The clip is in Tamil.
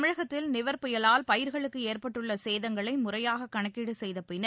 தமிழகத்தில் நிவர் புயலால் பயிர்களுக்கு ஏற்பட்டுள்ள சேதாரத்தை முறையாக கணக்கீடு செய்த பின்னர்